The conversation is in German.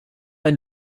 ein